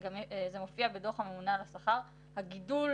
וזה גם מופיע בדוח הממונה על השכר; הגידול